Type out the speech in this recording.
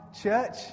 church